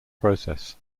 process